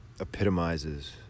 epitomizes